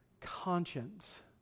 conscience